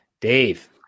Dave